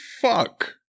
fuck